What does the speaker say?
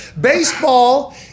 Baseball